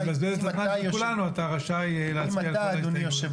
כולי אוזן.